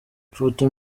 ifoto